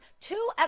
two